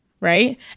right